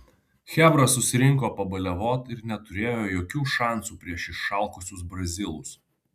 chebra susirinko pabaliavot ir neturėjo jokių šansų prieš išalkusius brazilus